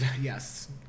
Yes